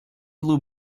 blue